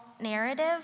narrative